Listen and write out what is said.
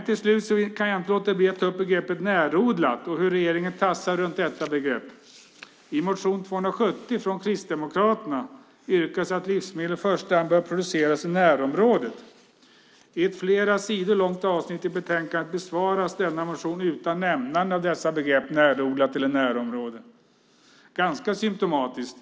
Till slut kan jag inte låta bli att ta upp begreppet närodlat och hur regeringen tassar runt detta begrepp. I motion 270 från Kristdemokraterna yrkas att livsmedel i första hand bör produceras i närområdet. I ett flera sidor långt avsnitt i betänkandet besvaras denna motion utan nämnande av dessa ord närodlat eller närområde. Det är ganska symtomatiskt.